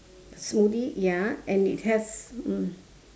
smoothie ya and it has mm